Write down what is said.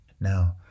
Now